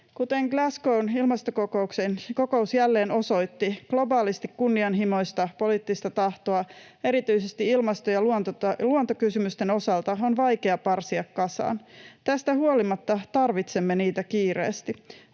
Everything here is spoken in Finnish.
Kuten Glasgow’n ilmastokokous jälleen osoitti, globaalisti kunnianhimoista poliittista tahtoa erityisesti ilmasto‑ ja luontokysymysten osalta on vaikea parsia kasaan. Tästä huolimatta tarvitsemme niitä kiireesti.